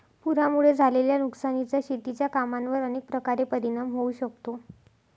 पुरामुळे झालेल्या नुकसानीचा शेतीच्या कामांवर अनेक प्रकारे परिणाम होऊ शकतो